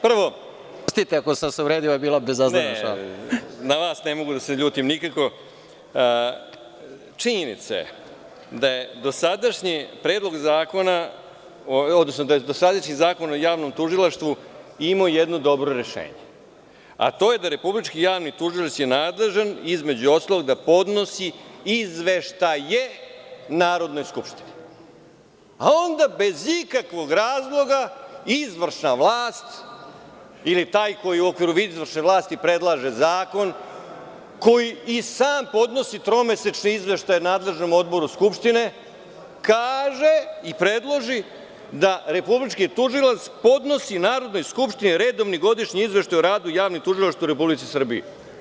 Prvo, činjenica je da je dosadašnji predlog zakona, odnosno dosadašnji Zakon o javnom tužilaštvu imao jedno dobro rešenje, a to je da je republički javni tužilac nadležan, između ostalog, da podnosi izveštaje Narodnoj skupštini, a onda bez ikakvog razloga izvršna vlast ili taj koji u okviru izvršne vlasti predlaže zakon, koji i sam podnosi tromesečni izveštaj nadležnom odboru Skupštine, kaže i predloži da republički tužilac podnosi Narodnoj skupštini redovni godišnji izveštaj o radu javnih tužilaštava u Republici Srbiji.